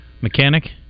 Mechanic